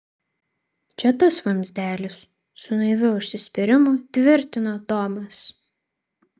čia tas vamzdelis su naiviu užsispyrimu tvirtino tomas